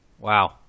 wow